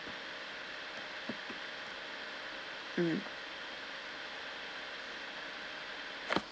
mm